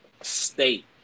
state